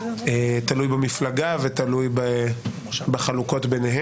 תלוי במפלגה ותלוי בחלוקה.